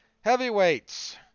Heavyweights